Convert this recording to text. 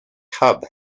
hub